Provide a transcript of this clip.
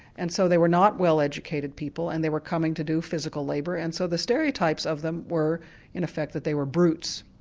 and so they were not well-educated people and they were coming to do physical labour. and so the stereotypes of them were in effect that they were brutes.